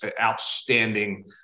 outstanding